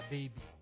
Baby